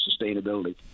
sustainability